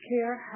Care